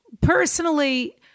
personally